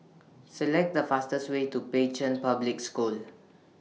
Select The fastest Way to Pei Chun Public School